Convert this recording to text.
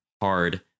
hard